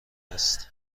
است